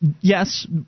Yes